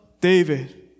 David